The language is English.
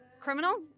criminal